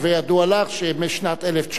רק להווי ידוע לך שמשנת 1997,